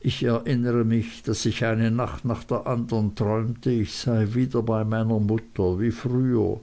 ich erinnere mich daß ich eine nacht nach der andern träumte ich sei wieder bei meiner mutter wie früher